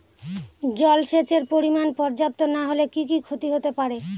জলসেচের পরিমাণ পর্যাপ্ত না হলে কি কি ক্ষতি হতে পারে?